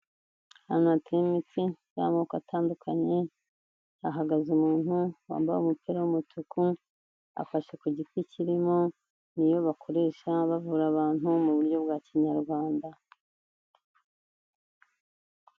Ahantu hateye imiti y'amoko atandukanye hahagaze umuntu wambaye umupira w'umutuku, afashe ku giti kirimo iyo bakoresha bavura abantu mu buryo bwa Kinyarwanda.